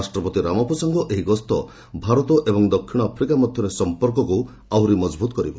ରାଷ୍ଟ୍ରପତି ରାମଫୋସାଙ୍କ ଏହି ଗସ୍ତ ଭାରତ ଏବଂ ଦକ୍ଷିଣ ଆଫ୍ରିକା ମଧ୍ୟରେ ସଂପର୍କକୁ ଆହୁରି ମଜବୁତ କରିବ